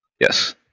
Yes